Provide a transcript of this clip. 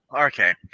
Okay